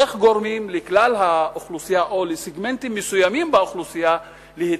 איך גורמים לכלל האוכלוסייה או לסגמנטים מסוימים באוכלוסייה להתקדם.